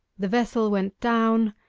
the vessel went down,